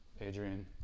Adrian